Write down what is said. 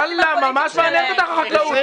וואלה, ממש מעניינת אותך החקלאות ...